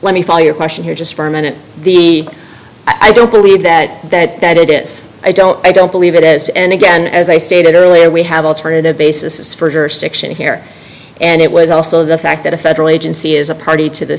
let me follow your question here just for a minute the i don't believe that that that it is i don't i don't believe it as and again as i stated earlier we have alternative basis for jurisdiction here and it was also the fact that a federal agency is a party to the